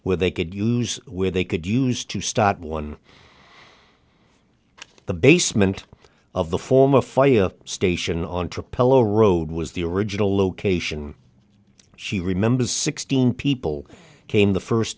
where they could use where they could use to start one the basement of the form a fire station on propeller road was the original location she remembers sixteen people came the first